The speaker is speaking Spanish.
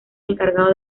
encargado